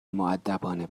مودبانه